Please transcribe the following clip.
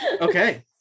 Okay